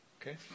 okay